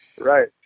right